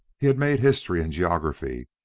he had made history and geography,